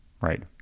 right